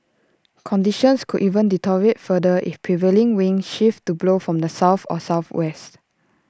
conditions could even deteriorate further if prevailing winds shift to blow from the south or south west